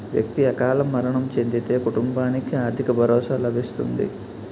వ్యక్తి అకాల మరణం చెందితే కుటుంబానికి ఆర్థిక భరోసా లభిస్తుంది